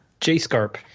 JSCARP